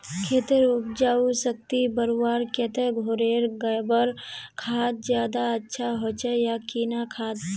खेतेर उपजाऊ शक्ति बढ़वार केते घोरेर गबर खाद ज्यादा अच्छा होचे या किना खाद?